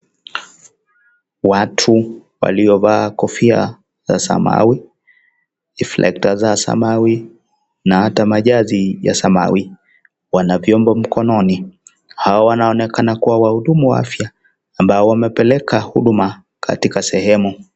Watu waliovaa kofia za samawi, (CS)deflecta(CS) za samawi, na hata majazi ya samawi, wana vyombo mkononi, hawa wanaonekana kuwa watu wa afia ambao wamepeleka huduma katika sehemu.